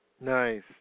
Nice